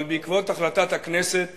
אבל בעקבות החלטת הכנסת